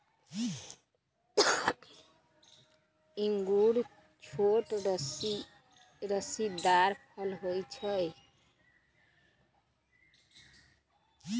इंगूर छोट रसीदार फल होइ छइ